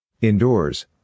Indoors